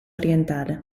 orientale